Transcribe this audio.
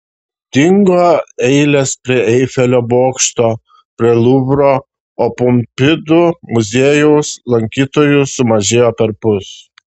dingo eilės prie eifelio bokšto prie luvro o pompidu muziejaus lankytojų sumažėjo perpus